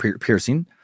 piercing